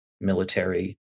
military